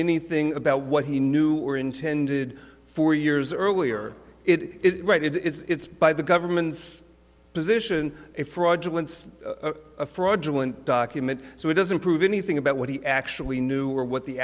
anything about what he knew or intended four years earlier it right it's by the government's position a fraudulent fraudulent document so it doesn't prove anything about what he actually knew or what the